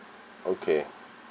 okay